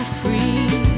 free